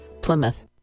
Plymouth